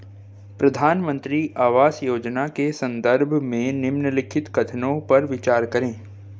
प्रधानमंत्री आवास योजना के संदर्भ में निम्नलिखित कथनों पर विचार करें?